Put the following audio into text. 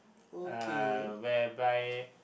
uh whereby